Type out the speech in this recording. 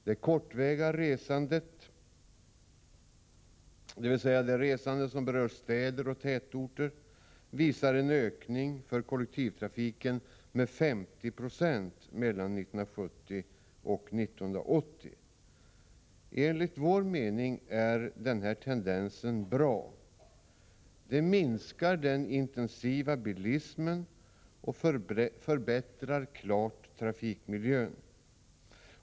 Det kortväga resandet, dvs. det resande som berör städer och tätorter, visar en ökning för kollektivtrafiken med 50 96 mellan 1970 och 1980. Enligt vår mening är detta bra. Det minskar den intensiva bilismen och förbättrar klart trafikmiljön.